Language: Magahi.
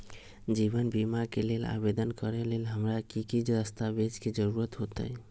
जीवन बीमा के लेल आवेदन करे लेल हमरा की की दस्तावेज के जरूरत होतई?